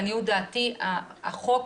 לעניות דעתי החוק